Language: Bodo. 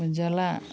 मोनजाला